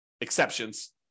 exceptions